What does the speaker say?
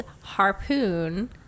Harpoon